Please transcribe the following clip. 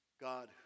God